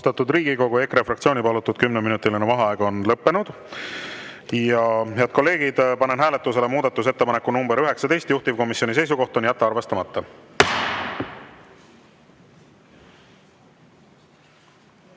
Head kolleegid, panen hääletusele muudatusettepaneku nr 19, juhtivkomisjoni seisukoht on jätta see arvestamata.